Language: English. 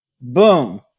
boom